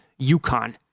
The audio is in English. UConn